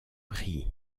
prix